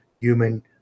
human